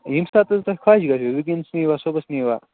ییٚمہِ ساتہٕ حظ تۄہہِ خۄش گژھیو وٕنۍکٮ۪نَس نیٖوا صُبحَس نیٖوا